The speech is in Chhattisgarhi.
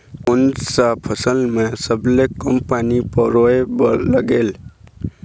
कोन सा फसल मा सबले कम पानी परोए बर लगेल?